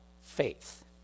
faith